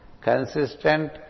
consistent